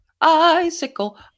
Icicle